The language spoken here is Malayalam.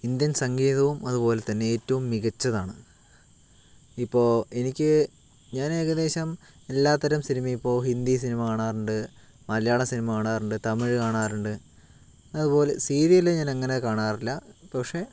ഇന്ത്യൻ സംഗീതവും അതുപോലെത്തന്നെ ഏറ്റവും മികച്ചതാണ് ഇപ്പോൾ എനിക്ക് ഞാനേകദേശം എല്ലാതരം സിനിമയും ഇപ്പോൾ ഹിന്ദി സിനിമ കാണാറുണ്ട് മലയാള സിനിമ കാണാറുണ്ട് തമിഴ് കാണാറുണ്ട് അതുപോലെ സീരിയൽ ഞാനങ്ങനെ കാണാറില്ല പക്ഷേ